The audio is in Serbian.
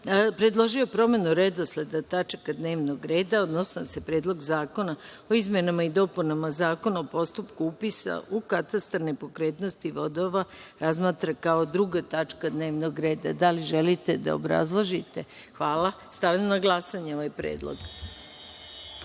predložio je promenu redosleda tačaka dnevnog reda, odnosno da se Predlog zakona o izmenama i dopunama Zakona o postupku upisa u katastar nepokretnosti vodova razmatra kao druga tačka dnevnog reda. Da li želite da obrazložite? (Ne)Stavljam na glasanje ovaj